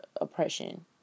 oppression